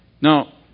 Now